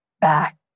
back